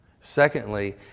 Secondly